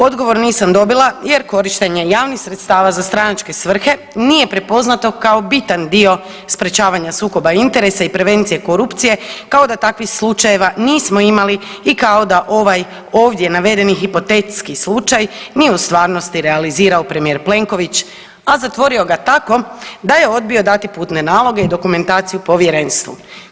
Odgovor nisam dobila jer korištenje javnih sredstava za stranačke svrhe nije prepoznato kao bitan dio sprečavanja sukoba interesa i prevencije korupcije kao da takvih slučajeva nismo imali i kao da ovaj ovdje navedeni hipotetski slučaj nije u stvarnosti realizirao premijer Plenković, a zatvorio ga tako da je odbio dati putne naloge i dokumentaciju povjerenstvu.